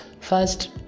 First